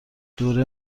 دوره